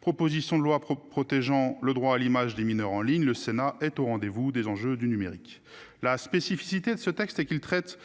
proposition de loi protégeant le droit à l'image des mineurs en ligne. Le Sénat est au rendez vous des enjeux du numérique. La spécificité de ce texte et qu'ils traitent